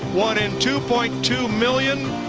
one in two point two million.